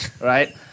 right